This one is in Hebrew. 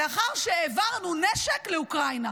לאחר שהעברנו נשק לאוקראינה.